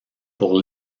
pour